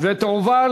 התשע"ד 2013,